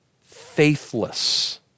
Faithless